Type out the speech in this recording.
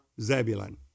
Zebulun